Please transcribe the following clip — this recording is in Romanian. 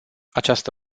această